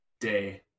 day